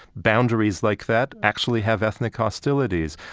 boundaries like that actually have ethnic hostilities.